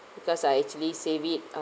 because I actually save it